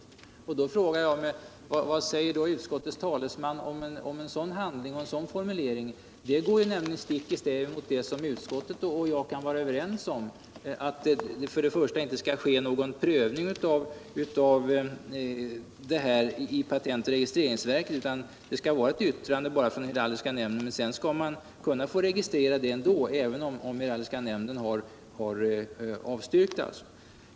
Vad säger utskottets talesman om cen sådan handling och en sådan formulering? Detta går ju stick i stäv mot vad utskottet och jag kan vara överens om, nämligen att det inte skall ske någon prövning i patent och registreringsverket utan att det bara skall lämnas ett yttrande från statens heraldiska nämnd. Därefter skall man få registrera vapnet, även om statens heraldiska nämnd har avstyrkt.